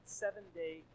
seven-day